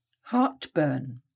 Heartburn